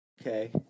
Okay